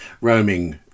roaming